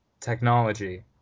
technology